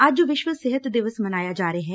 ਅੱਜ ਵਿਸ਼ਵ ਸਿਹਤ ਦਿਵਸ ਮਨਾਇਆ ਜਾ ਰਿਹੈ